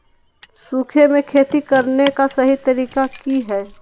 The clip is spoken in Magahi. सूखे में खेती करने का सही तरीका की हैय?